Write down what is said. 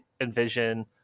envision